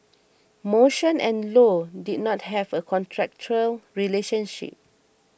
motion and Low did not have a contractual relationship